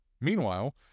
Meanwhile